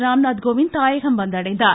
ராம்நாத்கோவிந்த் தாயகம் வந்தடைந்தார்